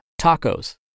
tacos